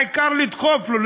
העיקר לדחוף לו,